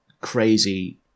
crazy